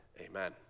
Amen